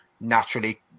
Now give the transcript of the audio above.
naturally